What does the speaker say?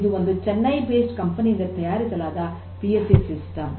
ಇದು ಒಂದು ಚೆನ್ನೈ ಆಧಾರಿತ ಕಂಪನಿಯಿಂದ ತಯಾರಿಸಲಾದ ಪಿ ಎಲ್ ಸಿ ಸಿಸ್ಟಮ್